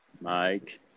Mike